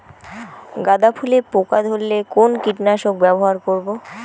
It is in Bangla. গাদা ফুলে পোকা ধরলে কোন কীটনাশক ব্যবহার করব?